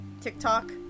TikTok